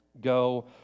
Go